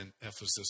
Ephesus